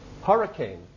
hurricane